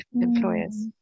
employers